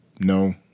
No